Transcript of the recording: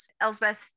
Elsbeth